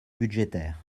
budgétaires